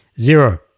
Zero